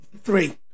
Three